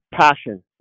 passion